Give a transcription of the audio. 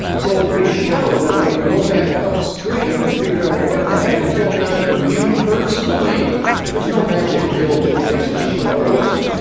so we show that when you go back upstream and figure out what the heck is going on for you personally there's no magic pill to fix hashimoto's,